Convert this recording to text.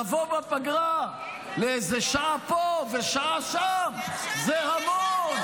לבוא בפגרה לאיזו שעה פה ושעה שם זה המון.